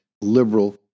liberal